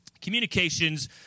communications